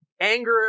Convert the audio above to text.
Anger